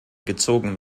gezogen